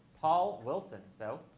paul wilson. so,